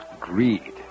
Greed